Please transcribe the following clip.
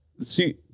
See